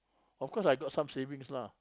of course I got some savings lah